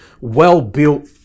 well-built